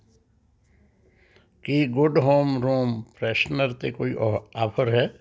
ਕੀ good home room freshener 'ਤੇ ਕੋਈ ਅ ਆਫ਼ਰ ਹੈ